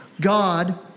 God